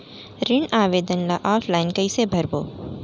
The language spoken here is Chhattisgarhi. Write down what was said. ऋण आवेदन ल ऑफलाइन कइसे भरबो?